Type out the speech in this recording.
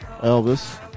Elvis